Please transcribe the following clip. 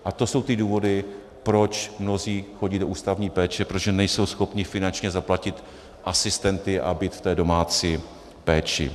A to jsou ty důvody, proč mnozí chodí do ústavní péče, protože nejsou schopni finančně zaplatit asistenty a být v té domácí péči.